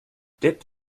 dip